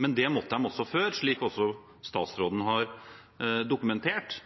men det måtte de også før, slik statsråden har dokumentert.